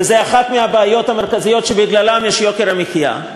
וזאת אחת מהבעיות המרכזיות שבגללן יש יוקר מחיה,